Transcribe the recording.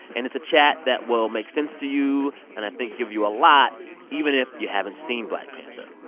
and it's a chat that will make sense to you and i think give you a lot even if you haven't seen black panther.